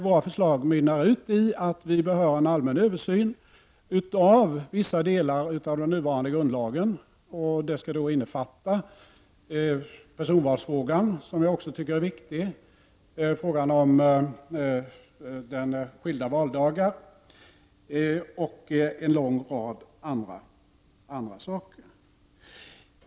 Våra förslag mynnar ut i att det behövs en allmän översyn av vissa delar av den nuvarande grundlagen som skall innefatta personvalsfrågan, som också är viktig, frågan om skilda valdagar och en lång rad andra saker.